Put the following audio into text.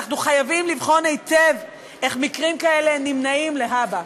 אנחנו חייבים לבחון היטב איך מקרים כאלה נמנעים להבא.